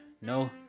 no